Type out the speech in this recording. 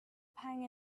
pang